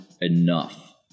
enough